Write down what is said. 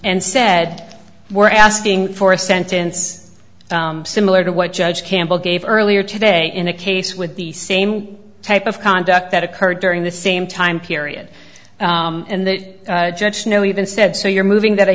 and said we're asking for a sentence similar to what judge campbell gave earlier today in a case with the same type of conduct that occurred during the same time period and that judge snow even said so you're moving that i